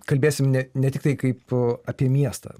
kalbėsim ne ne tiktai kaip apie miestą